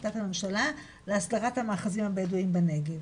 החלטת הממשלה להסדרת המאחזים הבדואים בנגב.